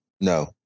No